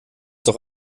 doch